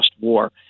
war